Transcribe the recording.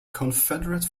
confederate